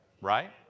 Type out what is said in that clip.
right